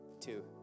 two